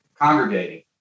congregating